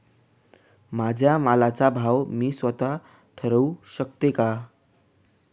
माझ्या मालाचा भाव मी स्वत: ठरवू शकते का?